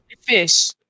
fish